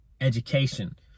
education